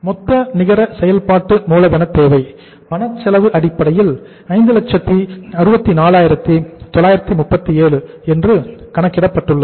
மொத்த நிகர செயல்பாட்டு மூலதன தேவை பணச்செலவு அடிப்படையில் 564937 என்று கணக்கிடப்பட்டுள்ளது